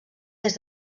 des